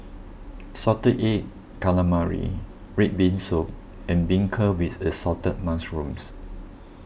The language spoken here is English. Salted Egg Calamari Red Bean Soup and Beancurd with Assorted Mushrooms